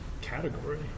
category